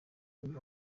uyu